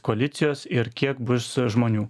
koalicijos ir kiek bus žmonių